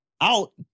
out